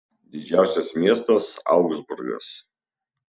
didžiausias miestas augsburgas